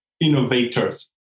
innovators